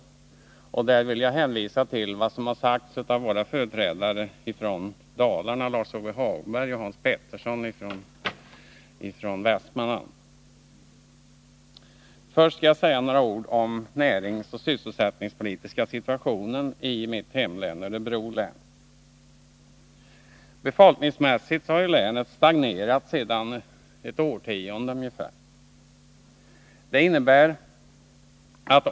Jag vill i det avseendet hänvisa till vad som sagts av Lars-Ove Hagberg och Hans Först skall jag säga några ord om den näringsoch sysselsättningspolitiska situationen i mitt hemlän, Örebro län. Befolkningsmässigt har länet stagnerat sedan ett årtionde ungefär.